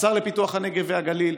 השר לפיתוח הנגב והגליל.